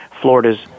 Florida's